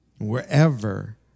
wherever